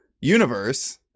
universe